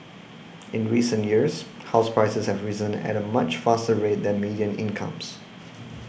in recent years house prices have risen at a much faster rate than median incomes